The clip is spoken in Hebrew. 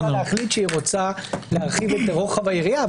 הוועדה יכולה להחליט שהיא רוצה להרחיב את רוחב היריעה,